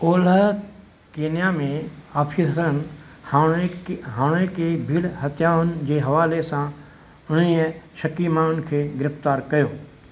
ओलहु Kenya में आफ़ीसरनि हाणोकि हाणोकि भीड़ हत्याउनि जे हवाले सां उणिवीह शकी माण्हुनि खे गिरफ़्तारु कयो